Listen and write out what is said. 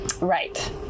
Right